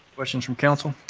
questions from council?